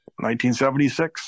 1976